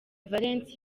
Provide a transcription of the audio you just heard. valens